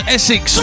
Essex